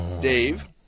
Dave